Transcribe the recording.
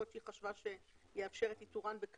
יכול להיות שהיא חשבה ש"יאפשר את איתורן בקלות",